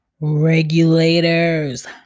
regulators